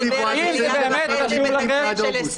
התקציב הוא עד 2021 --- עד אוגוסט.